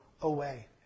away